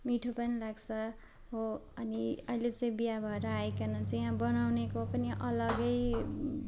मिठो पनि लाग्छ हो अनि अहिले चाहिँ बिहा भएर आईकन चाहिँ वा बनाउनेको पनि अलग्गै